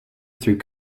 through